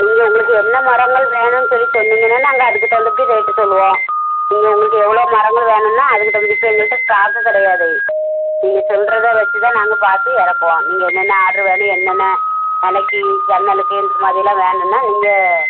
நீங்கள் உங்களுக்கு என்ன மரங்கள் வேணும்னு சொல்லி சொன்னீங்கன்னா நாங்கள் அதுக்கு தகுந்தபடி ரேட்டு சொல்வோம் இங்கே உங்களுக்கு எவ்வளோ மரங்கள் வேணும்னா அதுக்கு தகுந்த இப்போ எங்கள்ட்ட ஸ்ட்டாக்கு கிடையாது நீங்கள் சொல்கிறத வெச்சு தான் நாங்கள் பார்த்து இறக்குவோம் நீங்கள் என்னென்ன ஆர்டரு வேணும் என்னென்ன நிலைக்கி ஜன்னலுக்கு இந்த மாதிரிலாம் வேணும்னா நீங்கள்